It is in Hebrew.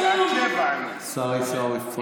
עד השעה 20:00. עיסאווי פריג'.